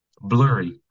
blurry